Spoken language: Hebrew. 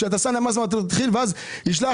כשאתה שם להם ואז מה יקרה?